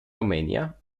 romania